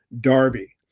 Darby